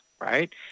right